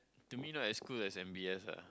to me right it's as good as M_B_S lah